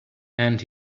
and